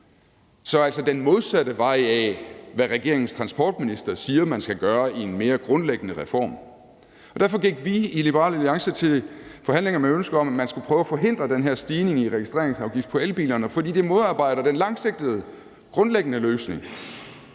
den modsatte vej end den vej, regeringens transportminister siger man skal gå med en mere grundlæggende reform. Derfor gik vi i Liberal Alliance til forhandlinger med ønsket om, at man skulle prøve at forhindre den her stigning i registreringsafgiften på elbilerne, fordi det modarbejder den langsigtede, grundlæggende løsning,